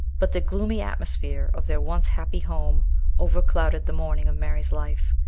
but the gloomy atmosphere of their once happy home overclouded the morning of mary's life.